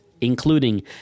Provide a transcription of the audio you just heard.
including